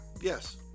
yes